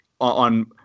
on